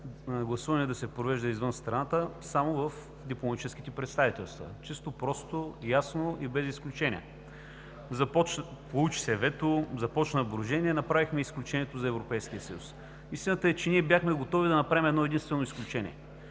да се провежда извън страната само в дипломатическите представителства – чисто, просто, ясно и без изключения. Получи се вето. Започна брожение. Направихме изключението за Европейския съюз. Истината е, че ние бяхме готови да направим едно единствено изключение